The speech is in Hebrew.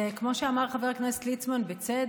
כמו שאמר חבר הכנסת ליצמן, בצדק,